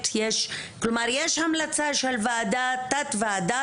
כלומר יש המלצה של תת ועדה,